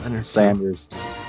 Sanders